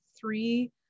three